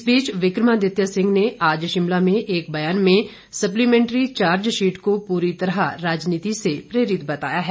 इस बीच विक्रमादित्य सिंह ने आज शिमला में एक ब्यान में सप्लीमेंटरी चार्ज शीट को पूरी तरह राजनीति से प्रेरित बताया है